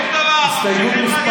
הסתייגות מס'